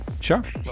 Sure